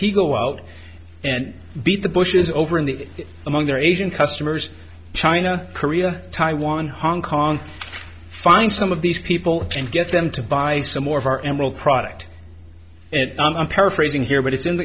he go out and beat the bushes over in the among their asian customers china korea taiwan hong kong find some of these people and get them to buy some more of our emerald product i'm paraphrasing here but it's in